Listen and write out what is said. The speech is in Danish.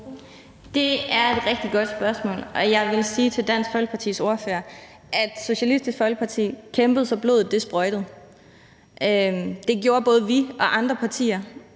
Det er et rigtig godt spørgsmål, og jeg vil sige til Dansk Folkepartis ordfører, at Socialistisk Folkeparti kæmpede, så blodet sprøjtede. Det gjorde både vi og andre partier,